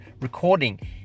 recording